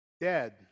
Dead